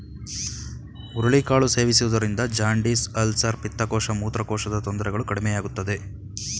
ಹುರುಳಿ ಕಾಳು ಸೇವಿಸುವುದರಿಂದ ಜಾಂಡಿಸ್, ಅಲ್ಸರ್, ಪಿತ್ತಕೋಶ, ಮೂತ್ರಕೋಶದ ತೊಂದರೆಗಳು ಕಡಿಮೆಯಾಗುತ್ತದೆ